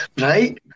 Right